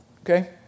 Okay